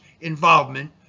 involvement